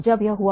जब यह हुआ